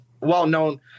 well-known